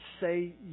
say